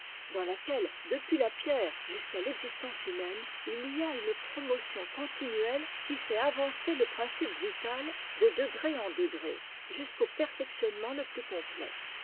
dans laquelle depuis la pierre jusqu'à l'existence humaine il y a une promotion continuelle qui fait avancer le principe vital de degrés en degrés jusqu'au perfectionnement le plus complet